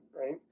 right